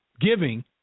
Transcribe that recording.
giving